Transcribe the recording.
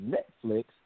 Netflix